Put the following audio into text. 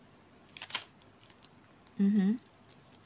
mmhmm